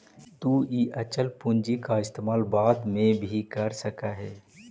तु इ अचल पूंजी के इस्तेमाल बाद में भी कर सकऽ हे